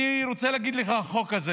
אני רוצה להגיד לך, החוק הזה